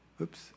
Oops